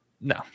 no